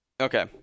Okay